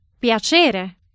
piacere